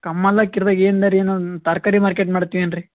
ಕಮ್ಮಲಕಿರ್ದ ತರಕಾರಿ ಮಾರ್ಕೆಟ್ ಮಾಡ್ತೀನಿ ಏನ್ರಿ